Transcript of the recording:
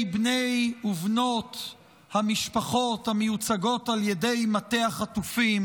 בני ובנות המשפחות המיוצגות על ידי מטה החטופים,